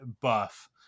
buff